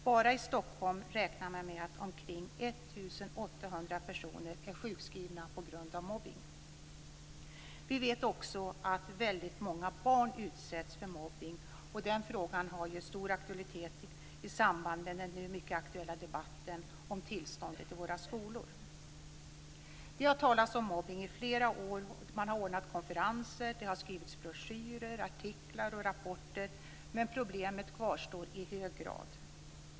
Bara i Stockholm räknar man med att omkring 1 800 personer är sjukskrivna på grund av mobbning. Vi vet också att väldigt många barn utsätts för mobbning, och den frågan har stor aktualitet i samband med den nu mycket aktuella debatten om tillståndet i våra skolor. Det har talats om mobbning i flera år, och man har ordnat konferenser. Det har skrivits broschyrer, artiklar och rapporter, men problemet kvarstår i hög grad.